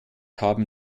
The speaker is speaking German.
haben